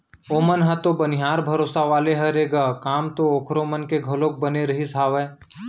ओमन ह तो बनिहार भरोसा वाले हरे ग काम तो ओखर मन के घलोक बने रहिस हावय